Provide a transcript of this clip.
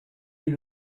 est